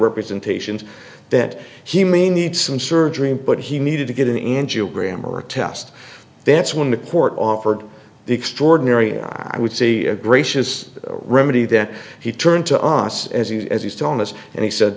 representations that he may need some surgery but he needed to get an angiogram or a test that's when the court offered the extraordinary i would say a gracious remedy that he turned to us as he as he's telling us and he said